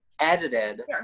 edited